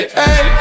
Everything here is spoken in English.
hey